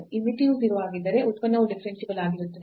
ಈ ಮಿತಿಯು 0 ಆಗಿದ್ದರೆ ಉತ್ಪನ್ನವು ಡಿಫರೆನ್ಸಿಬಲ್ ಆಗಿರುತ್ತದೆ